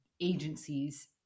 agencies